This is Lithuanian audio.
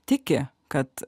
tiki kad